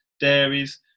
dairies